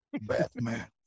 Batman